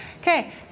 okay